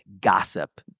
gossip